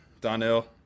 Donnell